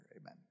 Amen